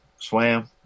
Swam